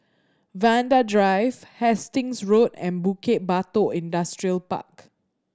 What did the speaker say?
Vanda Drive Hastings Road and Bukit Batok Industrial Park